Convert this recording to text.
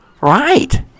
Right